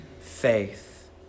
faith